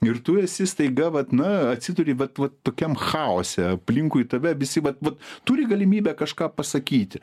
ir tu esi staiga vat na atsiduri bet vat tokiam chaose aplinkui tave visi vat vat turi galimybę kažką pasakyti